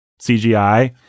CGI